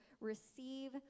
receive